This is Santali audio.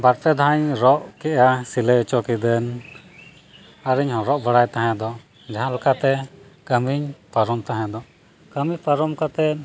ᱵᱟᱨᱯᱮ ᱫᱷᱟᱣᱤᱧ ᱨᱚᱜ ᱠᱮᱜᱼᱟ ᱥᱤᱞᱟᱹᱭ ᱦᱚᱪᱚ ᱠᱮᱫᱟᱹᱧ ᱟᱨᱤᱧ ᱦᱚᱨᱚᱜ ᱵᱟᱲᱟᱭ ᱛᱟᱦᱮᱸ ᱫᱚ ᱡᱟᱦᱟᱸ ᱞᱮᱠᱟᱛᱮ ᱠᱟᱹᱢᱤᱧ ᱯᱟᱨᱚᱢ ᱛᱟᱦᱮᱸᱫᱚ ᱠᱟᱹᱢᱤ ᱯᱟᱨᱚᱢ ᱠᱟᱛᱮ